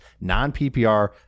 non-PPR